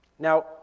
Now